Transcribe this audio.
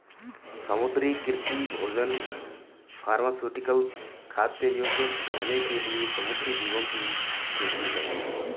समुद्री कृषि भोजन फार्मास्यूटिकल्स, खाद्य योजक, गहने के लिए समुद्री जीवों की खेती है